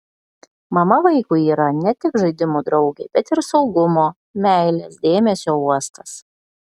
mama vaikui yra ne tik žaidimų draugė bet ir saugumo meilės dėmesio uostas